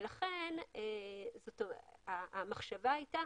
המחשבה הייתה